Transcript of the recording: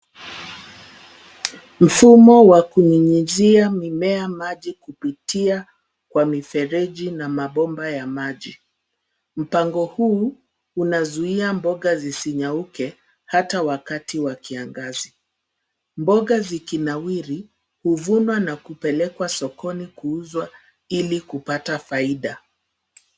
Mfumo wa kunyunyizia mimea maji kupitia kwa mifereji na mabomba ya maji. Mpango huu unazuia mboga zisinyauke, hata wakati wa kiangazi. Mboga zikinawiri, huvunwa na kupelekwa sokoni kuuzwa, ili kupata faida.